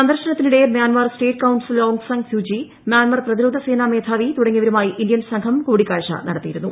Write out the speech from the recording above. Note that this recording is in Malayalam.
സന്ദർശ്നത്തിനിടെ Myanmar state counsellor Aung San Suu Kyi Myanmar പ്രതിരോധ സേന മേധാവി തുടങ്ങിയവരുമായി ഇന്ത്യൻ സംഘം കൂടിക്കാഴ്ച നടത്തിയിരുന്നു